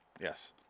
Yes